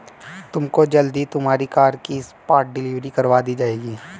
तुमको जल्द ही तुम्हारी कार की स्पॉट डिलीवरी करवा दी जाएगी